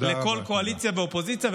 לכל קואליציה ואופוזיציה.